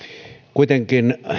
kuitenkin